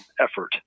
effort